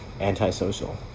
antisocial